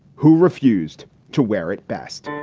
who refused to wear it best?